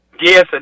Yes